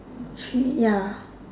three ya